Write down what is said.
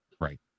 Right